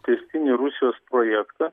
tęstinį rusijos projektą